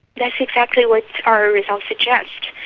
that's exactly what our results suggest.